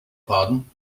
pardon